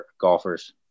golfers